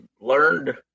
learned